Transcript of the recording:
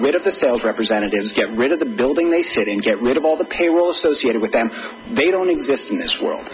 rid of the sales representatives get rid of the building they said and get rid of all the payroll associated with them they don't exist in this world